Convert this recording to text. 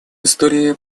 истории